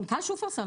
כן, מנכ"ל שופרסל.